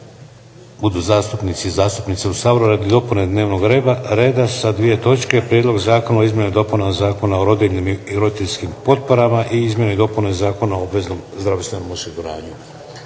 budu zastupnici i zastupnice u Saboru radi dopune dnevnog reda sa dvije točke: Prijedlog zakona o izmjenama i dopunama Zakona o rodiljnim i roditeljskim potporama i izmjene i dopune Zakona o obveznom zdravstvenom osiguranju.